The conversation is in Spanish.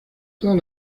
todas